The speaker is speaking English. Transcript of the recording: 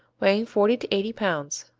weighing forty to eighty pounds.